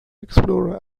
explorer